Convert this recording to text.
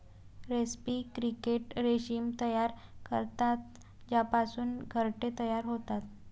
रेस्पी क्रिकेट रेशीम तयार करतात ज्यापासून घरटे तयार होतात